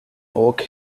oak